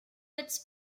its